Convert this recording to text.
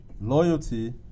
Loyalty